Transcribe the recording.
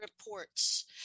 reports